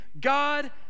God